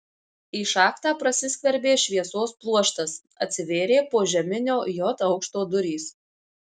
į šachtą prasiskverbė šviesos pluoštas atsivėrė požeminio j aukšto durys